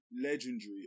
legendary